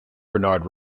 bernard